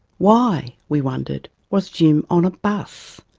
why, we wondered, was jim on a bus?